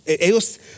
ellos